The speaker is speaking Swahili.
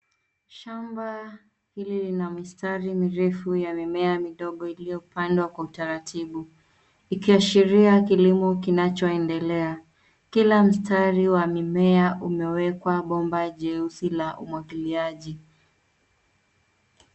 Shamba hili lina mistari mirefu ya mimea midogo iliyo pandwa kwa utaratibu ikiashiria kilimo kinacho endelea. Kila mstari wa mimea umewekwa bomba jeusi la umwagiliaji.